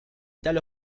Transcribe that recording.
tale